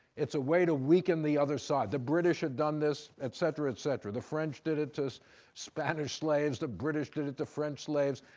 it's a way to weaken the other side. the british had done this, etc, etc. the french did it to spanish slaves. the british did it to french slaves.